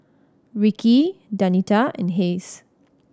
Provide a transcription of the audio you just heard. Rickie Danita and Hays